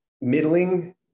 middling